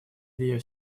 their